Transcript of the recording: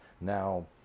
Now